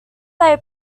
they